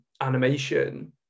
animation